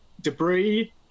debris